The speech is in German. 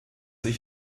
ich